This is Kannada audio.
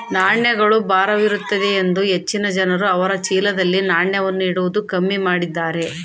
ನಾಣ್ಯಗಳು ಭಾರವಿರುತ್ತದೆಯೆಂದು ಹೆಚ್ಚಿನ ಜನರು ಅವರ ಚೀಲದಲ್ಲಿ ನಾಣ್ಯವನ್ನು ಇಡುವುದು ಕಮ್ಮಿ ಮಾಡಿದ್ದಾರೆ